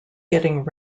getting